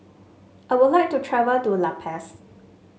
I would like to travel to La Paz